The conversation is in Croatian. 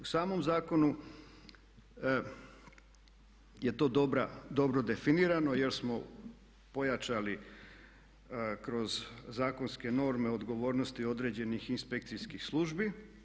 U samom zakonu je to dobro definirano jer smo pojačali kroz zakonske norme odgovornosti određenih inspekcijskih službi.